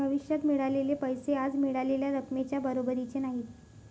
भविष्यात मिळालेले पैसे आज मिळालेल्या रकमेच्या बरोबरीचे नाहीत